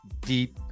deep